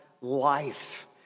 life